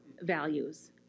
values